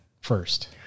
first